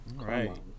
Right